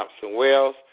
Thompson-Wells